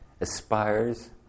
aspires